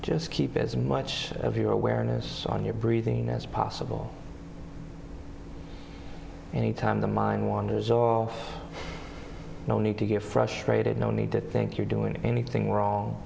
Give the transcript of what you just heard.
just keep as much of your awareness on your breathing as possible anytime the mind wanders off no need to get frustrated no need to think you're doing anything wrong